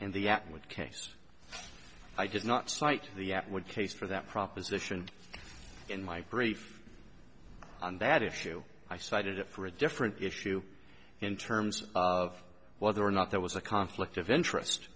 and the atwood case i did not cite the atwood case for that proposition in my brief on that issue i cited it for a different issue in terms of whether or not there was a conflict of interest